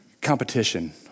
competition